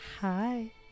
Hi